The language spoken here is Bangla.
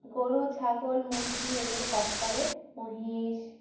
গরু ছাগল মুরগি এগুলো চাষ করে মহিষ